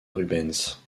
rubens